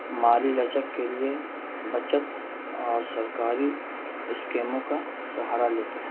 مالی لچک کے لیے بچت اور سرکاری اسکیموں کا سہارا لیتے ہیں